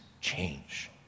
change